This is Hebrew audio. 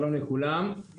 שלום לכולם.